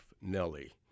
Nellie